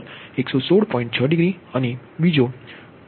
6 degree અને બીજો એક 58